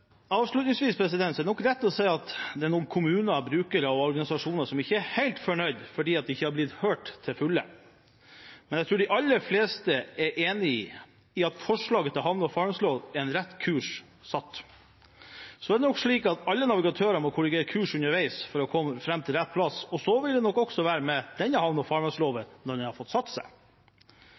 Avslutningsvis er det nok rett å si at det er noen kommuner, brukere og organisasjoner som ikke er helt fornøyd, fordi de ikke er blitt hørt til fulle, men jeg tror de aller fleste er enig i at i forslaget til havne- og farvannslov er en rett kurs satt. Det er nok slik at alle navigatørene må korrigere kurs underveis for å komme fram til rett plass – sånn vil det nok også være med denne havne- og farvannsloven når den har fått